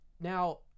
Now